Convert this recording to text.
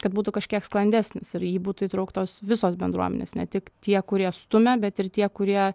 kad būtų kažkiek sklandesnis ir į jį būtų įtrauktos visos bendruomenės ne tik tie kurie stumia bet ir tie kurie